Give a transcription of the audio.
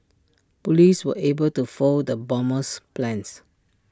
Police were able to foil the bomber's plans